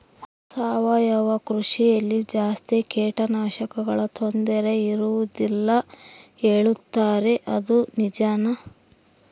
ಸಾವಯವ ಕೃಷಿಯಲ್ಲಿ ಜಾಸ್ತಿ ಕೇಟನಾಶಕಗಳ ತೊಂದರೆ ಇರುವದಿಲ್ಲ ಹೇಳುತ್ತಾರೆ ಅದು ನಿಜಾನಾ?